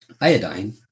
iodine